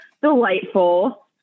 delightful